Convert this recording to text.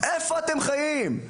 איפה אתם חיים?